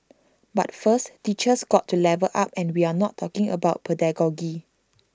but first teachers got to level up and we are not talking about pedagogy